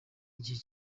igihe